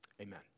Amen